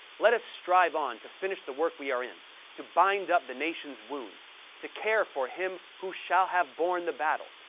let us strive on to finish the work we are in to bind up the nation's wounds to care for him who shall have borne the battle,